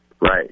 Right